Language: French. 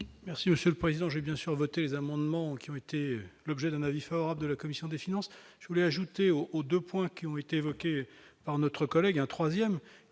Merci Monsieur le Président, j'ai bien sûr voter les amendements qui ont été l'objet d'un avis favorable de la commission des finances je voulais ajouter au aux 2 points qui ont été évoqués par notre collègue, un 3ème